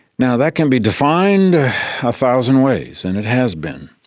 now, that can be defined a thousand ways, and it has been.